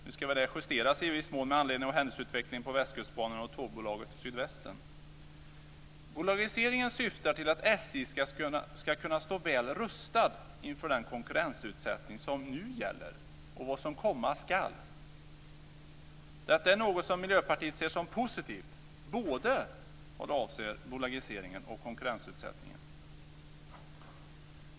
Nu ska väl det justeras i viss mån med anledning av händelseutvecklingen på Bolagiseringen syftar till att SJ ska kunna stå väl rustat inför den konkurrensutsättning som nu gäller och inför vad som komma skall. Detta är något som Miljöpartiet ser som positivt. Det gäller både bolagiseringen och konkurrensutsättningen.